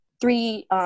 three